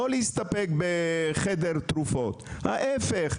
לא להסתפק בחדר תרופות אלא ההיפך,